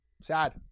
Sad